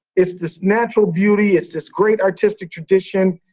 it's this natural beauty. it's this great artistic tradition.